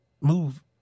move